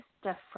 different